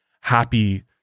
happy